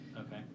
Okay